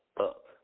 up